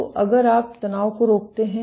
तो अगर आप तनाव को रोकते हैं